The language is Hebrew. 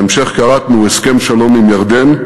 בהמשך כרתנו הסכם שלום עם ירדן,